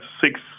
six